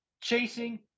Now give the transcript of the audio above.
chasing